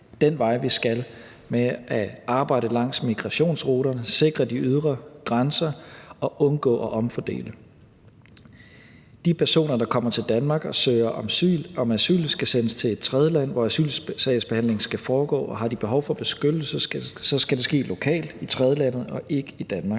den vej, vi skal, med at arbejde langs migrationsruterne, sikre de ydre grænser og undgå at omfordele. De personer, der kommer til Danmark og søger om asyl, skal sendes til et tredjeland, hvor asylsagsbehandlingen skal foregå, og har de behov for beskyttelse, skal det ske lokalt i tredjelandet og ikke i Danmark.